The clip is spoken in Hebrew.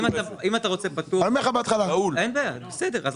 אם אתה רוצה פטור, אין בעיה, בסדר.